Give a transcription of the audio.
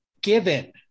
given